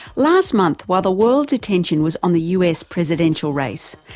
last month while the world's attention was on the us presidential race,